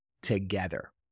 together